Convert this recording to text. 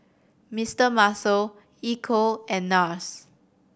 Mister Muscle Ecco and Nars